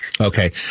Okay